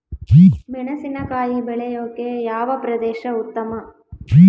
ಮೆಣಸಿನಕಾಯಿ ಬೆಳೆಯೊಕೆ ಯಾವ ಪ್ರದೇಶ ಉತ್ತಮ?